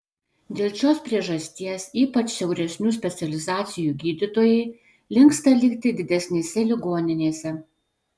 dėl šios priežasties ypač siauresnių specializacijų gydytojai linksta likti didesnėse ligoninėse